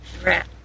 threat